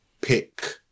pick